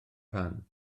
pan